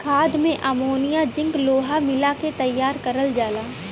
खाद में ammonia zinc लोहा मिला के तैयार करल जाला